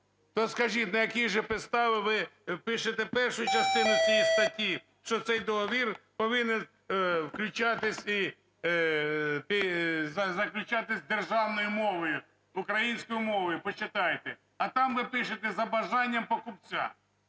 То скажіть, на якій же підставі ви пишете першу частину цієї статті, що цей договір повинен включати … заключатися державною мовою, українською мовою? Почитайте! А там ви пишете "за бажанням покупця".